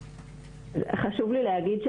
חשוב לי להגיד,